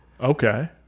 Okay